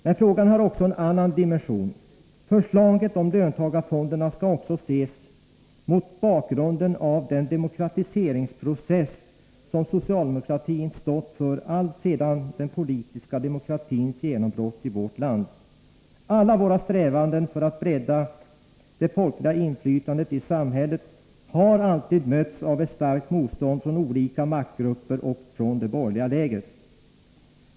Men frågan har också en annan dimension. Förslaget om löntagarfonderna skall också ses mot bakgrunden av den demokratiseringsprocess som socialdemokratin stått för alltsedan den politiska demokratins genombrott i vårt land. Alla våra strävanden för att bredda det folkliga inflytandet i samhället har alltid mötts av ett starkt motstånd från olika maktgrupper och från det borgerliga lägret.